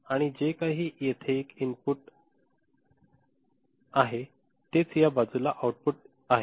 आणि जे काही येथे एक इनपुट आहे तेच या बाजूला आउटपुट आहे